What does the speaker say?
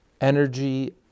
energy